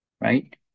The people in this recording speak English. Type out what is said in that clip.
right